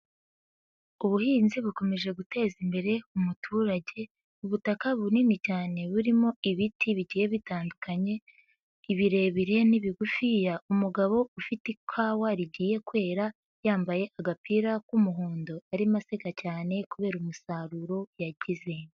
Ubuhinzi bukomeje guteza imbere umuturage, ubutaka bunini cyane burimo ibiti bigiye bitandukanye, ibirebire n'ibigufiya, umugabo ufite ikawa rigiye kwera yambaye agapira k'umuhondo arimo aseka cyane kubera umusaruro yagize.